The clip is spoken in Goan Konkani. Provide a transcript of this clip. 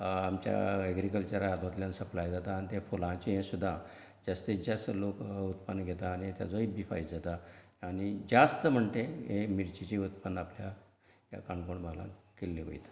आमच्या एग्रिकल्चरा हातूंतल्यान सप्लाय जाता तें फुलांचें हें सुद्दां जास्तित जास्त लोक उत्पन्न घेता आनी तेजोय बी फायदो जाता आनी जास्त म्हणटा तें हें मिर्चिचें उत्पन्न ह्या ह्या काणकोण भागांत केल्लें वयता